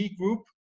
group